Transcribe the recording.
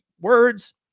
words